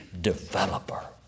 developer